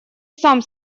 сам